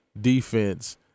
defense